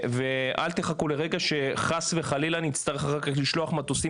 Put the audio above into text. אל תחכו לרגע שחס וחלילה נצטרך לשלוח מטוסים